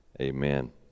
Amen